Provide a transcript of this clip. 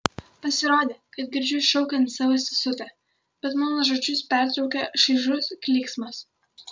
pasirodė kad girdžiu šaukiant savo sesutę bet mano žodžius pertraukia šaižus klyksmas